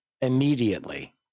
immediately